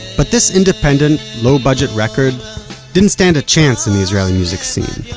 but this independent, low budget record didn't stand a chance in the israeli music scene.